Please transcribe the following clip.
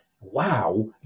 wow